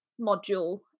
module